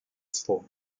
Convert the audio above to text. sfondo